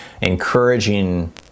encouraging